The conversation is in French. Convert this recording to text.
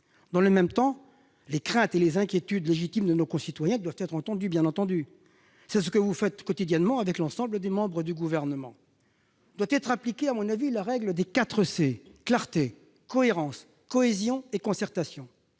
Dans le même temps, les craintes et inquiétudes légitimes de nos concitoyens doivent être entendues. C'est ce que vous faites quotidiennement avec l'ensemble des membres du Gouvernement. Il importe d'appliquer à la lettre la règle des quatre C : clarté, cohérence, cohésion et concertation.